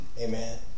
Amen